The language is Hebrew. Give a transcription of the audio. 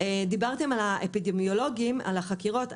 דיברתם על האפידמיולוגים, על החקירות.